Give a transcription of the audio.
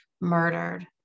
murdered